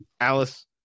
Alice